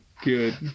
good